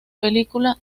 película